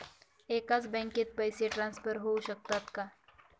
एकाच बँकेत पैसे ट्रान्सफर होऊ शकतात का?